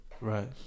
Right